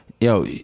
Yo